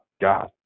God